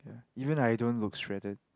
even I don't look straddled